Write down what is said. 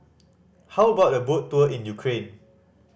how about a boat tour in Ukraine